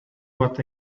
what